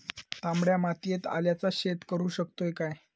तामड्या मातयेत आल्याचा शेत करु शकतू काय?